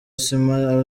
sima